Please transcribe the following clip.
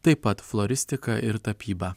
taip pat floristiką ir tapybą